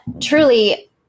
truly